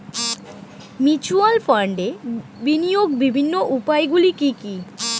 Mutual ফান্ডে বিনিয়োগের বিভিন্ন উপায়গুলি কি কি?